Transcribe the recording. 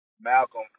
Malcolm